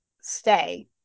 stay